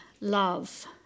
love